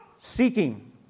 seeking